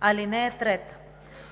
(3)